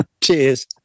Cheers